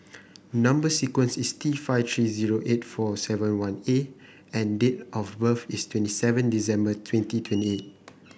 number sequence is T five three zero eight four seven one A and date of birth is twenty seven December twenty twenty eight